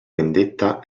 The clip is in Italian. vendetta